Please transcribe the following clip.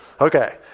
Okay